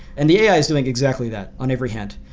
and the ai is doing exactly that on every hand.